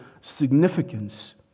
significance